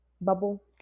bubble